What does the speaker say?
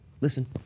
listen